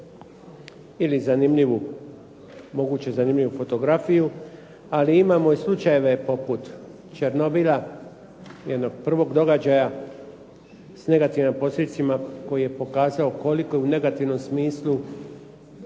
moguće zanimljivu fotografiju, ali imamo i slučajeve poput Černobila, jednog prvog događaja s negativnim posljedicama koji je pokazao koliko je u negativnom smislu